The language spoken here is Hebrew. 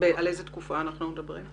על איזו תקופה אנחנו מדברים?